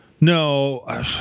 No